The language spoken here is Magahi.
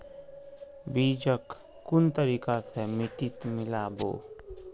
बीजक कुन तरिका स मिट्टीत मिला बो